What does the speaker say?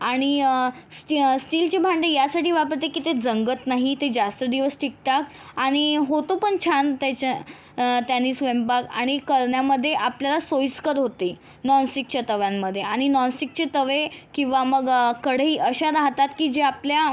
आणि स्टी स्टीलची भांडी यासाठी वापरते की ते गंजत नाही ते जास्त दिवस टिकतात आणि होतोपण छान त्याच्या त्याने स्वयंपाक आणि करण्यामध्ये आपल्याला सोयीस्कर होते नॉनस्टिकच्या तव्यांमध्ये आणि नॉनस्टिकचे तवे किंवा मग कढई अशा राहतात की जे आपल्या